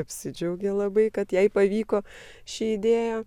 apsidžiaugė labai kad jai pavyko ši idėja